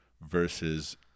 versus